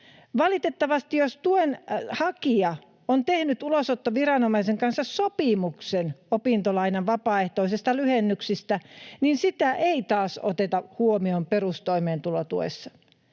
Valitettavasti, jos tuenhakija on tehnyt ulosottoviranomaisen kanssa sopimuksen opintolainan vapaaehtoisista lyhennyksistä, niin sitä ei taas oteta huomioon perustoimeentulotuessa.